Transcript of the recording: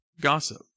gossip